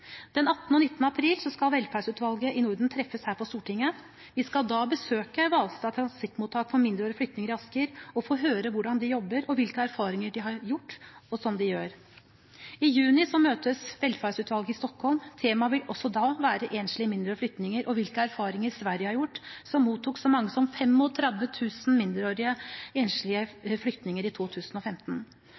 Den 18. og 19. april skal Velferdsutvalget i Nordisk råd treffes her på Stortinget. Vi skal da besøke Hvalstad transittmottak for mindreårige flyktninger i Asker og få høre hvordan de jobber og hvilke erfaringer de har gjort, og som de gjør. I juni møtes Velferdsutvalget i Stockholm. Temaet vil også da være enslige mindreårige flyktninger og hvilke erfaringer Sverige har gjort som mottok så mange som 35 000 mindreårige enslige flyktninger i 2015,